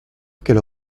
qu’elle